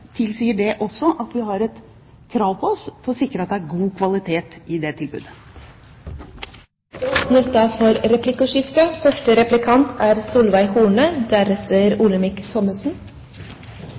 tilsier det også at vi har en plikt til å sikre at det er god kvalitet i det tilbudet. Det åpnes for replikkordskifte.